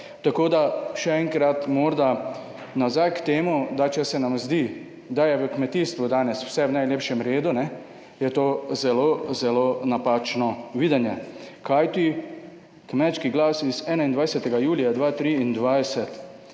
Tako da, še enkrat morda nazaj k temu, da če se nam zdi, da je v kmetijstvu danes vse v najlepšem redu, je to zelo, zelo napačno videnje, kajti Kmečki glas iz 21. julija 2023,